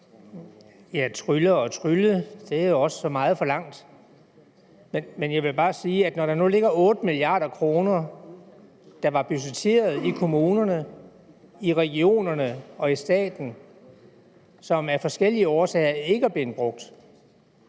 Trylle og trylle, det er også så meget forlangt. Men når der nu ligger 8 mia. kr., der var budgetteret i kommunerne, i regionerne og i staten, og som af forskellige årsager ikke er blevet brugt,